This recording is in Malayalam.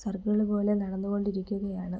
സർക്കിള് പോലെ നടന്നുകൊണ്ടിരിക്കുക്കയാണ്